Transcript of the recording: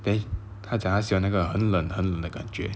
eh 他讲她喜欢那个很冷很冷的感觉